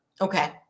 Okay